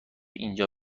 اینجا